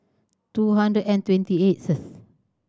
two hundred and twenty eighth